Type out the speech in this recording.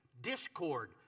discord